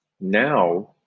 Now